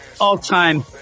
all-time